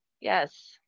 yes